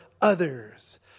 Others